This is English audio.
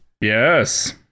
Yes